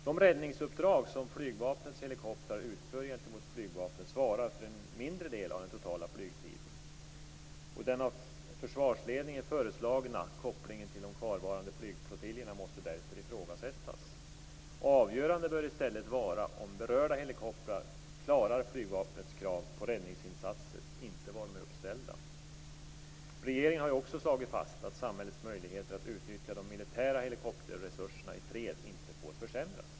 De räddningsuppdrag som flygvapnets helikoptrar utför gentemot flygvapnet svarar för en mindre del av den totala flygtiden. Den av försvarsledningen föreslagna kopplingen till de kvarvarande flygflottiljerna måste därför ifrågasättas. Avgörande bör i stället vara om berörda helikoptrar klarar flygvapnets krav på räddningsinsatser, inte var de är uppställda. Regeringen har också slagit fast att samhällets möjligheter att utnyttja de militära helikopterresurserna i fred inte får försämras.